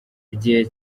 igihe